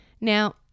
Now